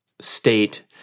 state